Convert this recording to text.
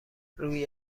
روی